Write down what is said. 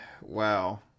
Wow